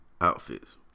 outfits